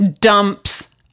dumps